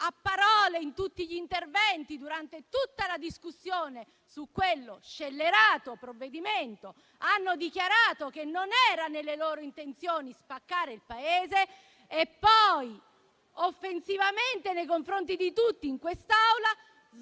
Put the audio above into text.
a parole, in tutti gli interventi, durante tutta la discussione su quello scellerato provvedimento, hanno dichiarato che non era nelle loro intenzioni spaccare il Paese e poi, offensivamente nei confronti di tutti in quest'Aula,